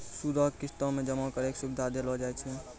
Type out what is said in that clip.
सूदो के किस्तो मे जमा करै के सुविधा देलो जाय छै